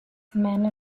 manor